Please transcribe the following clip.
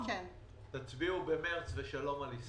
תצביעו במארס ושלום על ישראל.